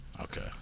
Okay